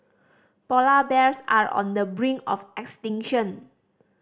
polar bears are on the brink of extinction